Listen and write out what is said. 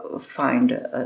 find